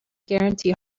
guarantee